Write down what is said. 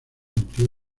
amplió